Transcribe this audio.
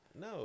No